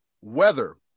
weather